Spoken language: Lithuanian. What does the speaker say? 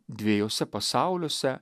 dviejuose pasauliuose